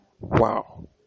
Wow